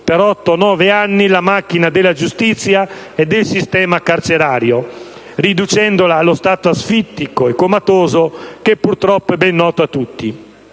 per otto-nove anni, la macchina della giustizia e del sistema carcerario, riducendola allo stato asfittico e comatoso che purtroppo è ben noto a tutti.